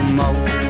more